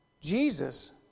Jesus